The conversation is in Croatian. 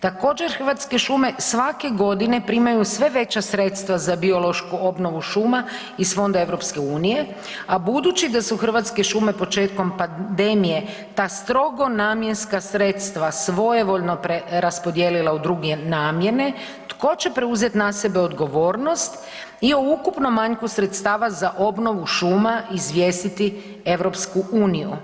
Također, Hrvatske šume svake godine primaju sve veća sredstava za biološku obnovu šuma iz Fonda EU, a budući da su Hrvatske šume početkom pandemije ta strogo namjenska sredstva svojevoljno preraspodijelila u druge namjene tko će preuzeti na sebe odgovornost i o ukupnom manjku sredstava za obnovu šuma izvijestiti EU.